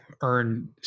earn